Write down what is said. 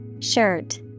Shirt